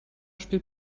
spielt